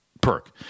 perk